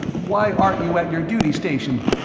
why aren't you at your duty station?